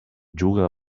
juga